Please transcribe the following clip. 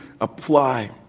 apply